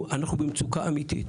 אנחנו במצוקה אמיתי.